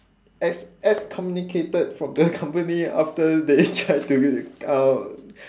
as as communicated from the company after they tried to um